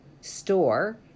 store